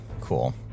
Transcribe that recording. Cool